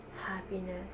happiness